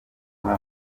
muri